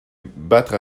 battre